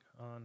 on